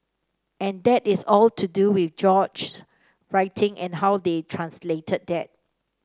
and that is all to do with George's writing and how they translated that